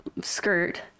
skirt